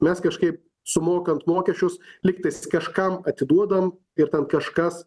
mes kažkaip sumokant mokesčius lygtais kažkam atiduodam ir ten kažkas